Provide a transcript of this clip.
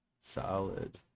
solid